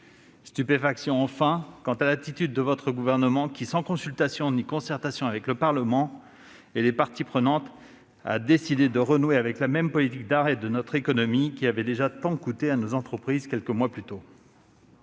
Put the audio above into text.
Stupéfaction, enfin, quant à l'attitude de votre gouvernement : sans consultation ni concertation avec le Parlement et avec les parties prenantes, vous avez décidé de renouer avec la même politique d'arrêt de notre économie qui avait déjà tant coûté à nos entreprises quelques mois plus tôt.